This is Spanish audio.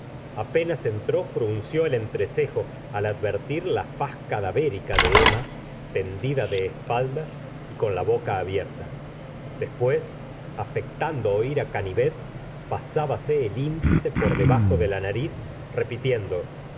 apenas entró frunció el entrecejo al advertir la faz cadavérica de emma tendida de espaldas y con la boca abierta después afectando oir á canivet pasábase el índice por debajo de la nariz repitiendo